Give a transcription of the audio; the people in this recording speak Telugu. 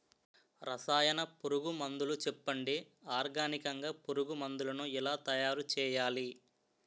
రసాయన పురుగు మందులు చెప్పండి? ఆర్గనికంగ పురుగు మందులను ఎలా తయారు చేయాలి?